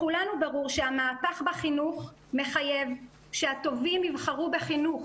לכולנו ברור שהמהפך בחינוך מחייב שהטובים יבחרו בחינוך